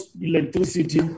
electricity